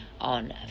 on